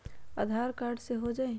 आधार card से हो जाइ?